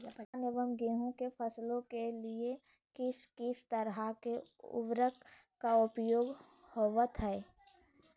धान एवं गेहूं के फसलों के लिए किस किस तरह के उर्वरक का उपयोग होवत है?